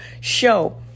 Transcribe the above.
show